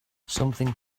something